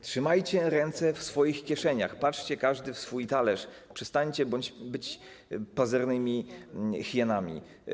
Trzymajcie ręce w swoich kieszeniach, patrzcie każdy w swój talerz, przestańcie być pazernymi hienami.